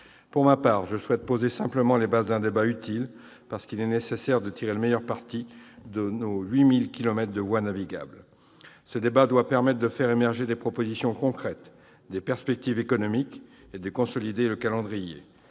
Pour ma part, je souhaite poser simplement les bases d'un débat utile parce qu'il est nécessaire de tirer le meilleur parti de nos 8 000 kilomètres de voies navigables. Ce débat doit permettre de faire émerger des propositions concrètes, des perspectives économiques et de consolider le calendrier.